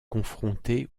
confrontée